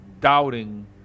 doubting